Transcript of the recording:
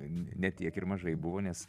ne tiek ir mažai buvo nes